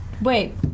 Wait